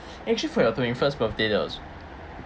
actually for your twenty first birthday there was